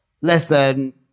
listen